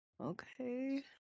Okay